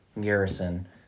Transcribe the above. garrison